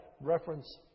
reference